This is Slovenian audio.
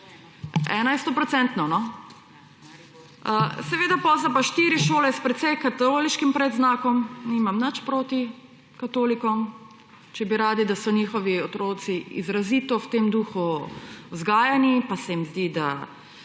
100 %, seveda, potem so pa štiri šole s precej katoliškim predznakom, nima nič proti katolikom, če bi radi, da so njihovi otroci izrazito v tem duhu vzgajani pa se jim zdi, da